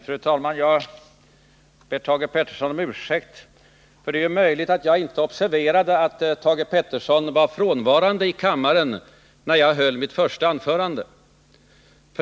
Fru talman! Jag ber Thage Peterson om ursäkt — det är möjligt att jag inte observerade att Thage Peterson var frånvarande från kammaren när jag höll mitt första anförande.